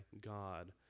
God